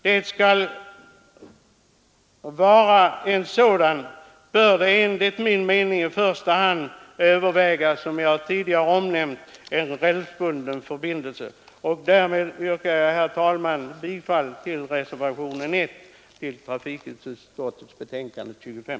Och skall det vara en sådan, bör man enligt min mening i första hand överväga, som jag tidigare nämnt, en rälsbunden förbindelse. Herr talman, därmed yrkar jag bifall till reservationen 1 till trafikutskottets betänkande nr 25.